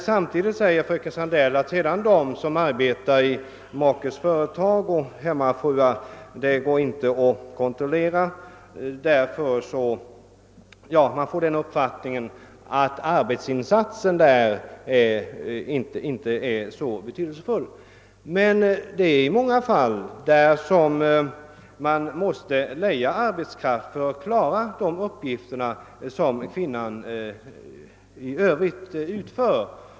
Samtidigt säger fröken Sandell att det inte går att kontrollera en hemmafrus arbetsinsats i makens företag, och det verkar som om hon menade att denna arbetsinsats inte är så betydelsefull. Men i många fall måste man leja arbetskraft för att klara de arbetsuppgifter som hustrun utför.